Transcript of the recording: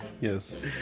Yes